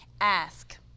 Ask